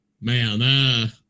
man